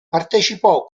partecipò